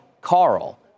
Carl